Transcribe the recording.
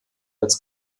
als